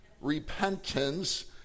Repentance